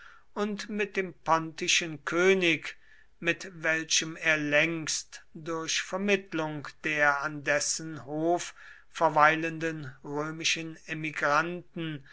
und mit dem pontischen könig mit welchem er längst durch vermittlung der an dessen hof verweilenden römischen emigranten